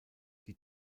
die